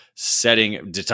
Setting